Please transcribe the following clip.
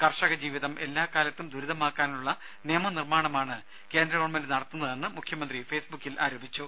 കർഷക ജീവിതം എല്ലാ കാലത്തും ദുരിതമാക്കാനുള്ള നിയമ നിർമാണമാണ് കേന്ദ്ര ഗവൺമെന്റ് നടത്തുന്നതെന്നും മുഖ്യമന്ത്രി ഫേസ്ബുക്കിൽ കുറിച്ചു